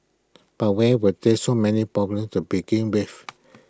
but why were there so many problems to begin with